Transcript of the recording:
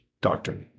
doctor